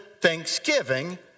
thanksgiving